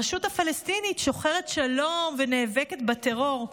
הרשות הפלסטינית שוחרת שלום ונאבקת בטרור,